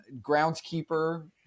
groundskeeper